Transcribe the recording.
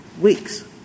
weeks